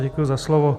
Děkuji za slovo.